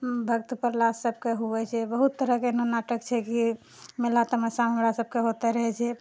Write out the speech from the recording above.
भक्त प्रह्लाद सभके हुए छै बहुत तरहके एना नाटक छै कि मेला तमाशा हमरा सभकऽ होते रहै छै